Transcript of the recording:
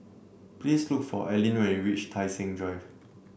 please look for Ellyn when you reach Tai Seng Drive